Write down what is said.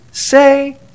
say